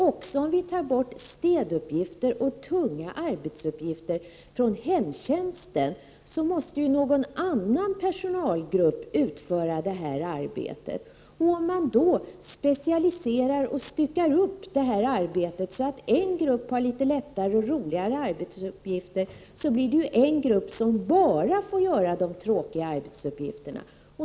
Också om vi tar bort städuppgifterna och andra tunga arbetsuppgifter från hemtjänsten måste någon annan personalgrupp utföra de arbetena. Om man då specialiserar och styckar upp arbetet så att en grupp har litet lättare och roligare arbetsuppgifter, blir det en grupp som bara får tråkiga arbetsuppgifter.